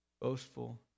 boastful